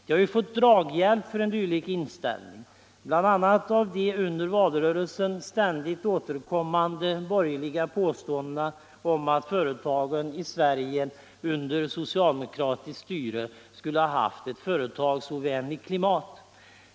De har ju fått draghjälp för en dylik inställning av bl.a. de under valrörelsen ständigt återkommande borgerliga påståendena om att Sverige under socialdemokratiskt styre skulle ha haft ett företagsovänligt klimat.